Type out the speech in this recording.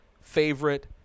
favorite